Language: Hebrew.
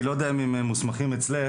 אני לא יודע אם הם מוסמכים אצלך,